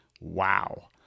Wow